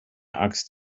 axt